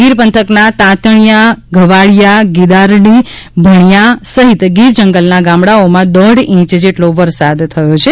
ગીર પંથકના તાંતજીયા ઘવાડીયા ગીદારડી ભજીયા સહિત ગીર જંગલના ગામડાઓમાં દોઢ ઈંચ જેટલો વરસાદ થયો છે